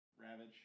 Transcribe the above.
Ravage